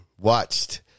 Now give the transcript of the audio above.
watched